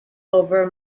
over